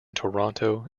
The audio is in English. toronto